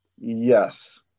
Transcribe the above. yes